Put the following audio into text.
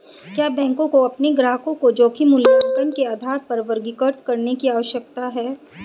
क्या बैंकों को अपने ग्राहकों को जोखिम मूल्यांकन के आधार पर वर्गीकृत करने की आवश्यकता है?